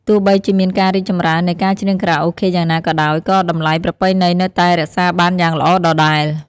ទោះបីជាមានការរីកចម្រើននៃការច្រៀងខារ៉ាអូខេយ៉ាងណាក៏ដោយ ក៏តម្លៃប្រពៃណីនៅតែរក្សាបានយ៉ាងល្អដដែល។